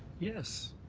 yes.